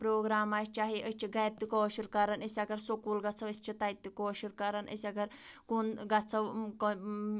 programme آسہِ چاہے أسۍ چھِ گرِ تہِ کٲشُر کَران أسۍ اَگر سکوٗل گژھو أسۍ چھِ تَتہِ تہِ کٲشُر کَران أسۍ اَگر کُن گژھو